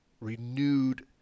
renewed